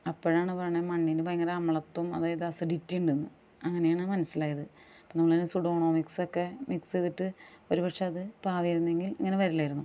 അപ്പഴാണ് പറയണെ മണ്ണിന് ഭയങ്കര അമ്ലത്വം അതായത് അസിഡിറ്റി ഉണ്ടെന്ന് അങ്ങനെയാണ് മനസിലായത് അപ്പം നമ്മൾ ഇങ്ങനെ സുഡോണോ മിക്സക്കെ മിക്സ്സെയ്തിട്ട് ഒര് പക്ഷേ അത് പാകിയിരുന്നെങ്കില് ഇങ്ങനെ വരില്ലായിരുന്നു